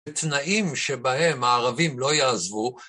תנאים שבהם הערבים לא יעזבו.